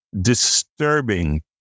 disturbing